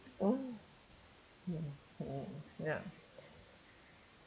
mm mm mm ya